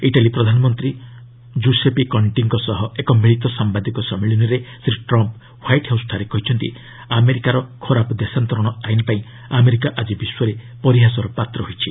Italy ପ୍ରଧାନମନ୍ତ୍ରୀ Giuseppe କଣ୍ଟିଙ୍କ ସହ ଏକ ମିଳିତ ସାମ୍ବାଦିକ ସମ୍ମିଳନୀରେ ଶ୍ରୀ ଟ୍ରମ୍ପ୍ ହ୍ୱାଇଟ୍ ହାଉସ୍ଠାରେ କହିଛନ୍ତି ଆମେରିକାର ଖରାପ ଦେଶାନ୍ତରଣ ଆଇନ ପାଇଁ ଆମେରିକା ଆଜି ବିଶ୍ୱରେ ପରିହାସର ପାତ୍ର ହୋଇଛି